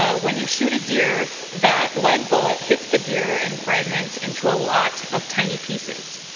ah when you shoot a deer that led bullet hits the deer and fragments into a lot of tiny pieces.